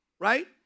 right